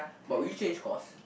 but would you change course